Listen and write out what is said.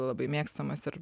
labai mėgstamas ir